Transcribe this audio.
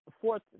fourth